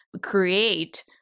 create